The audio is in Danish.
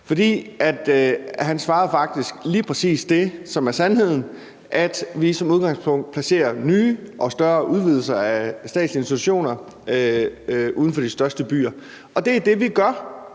for han svarede faktisk lige præcis det, som er sandheden, nemlig at vi som udgangspunkt placerer nye og større udvidelser af statslige institutioner uden for de største byer. Det er det, vi gør.